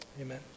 amen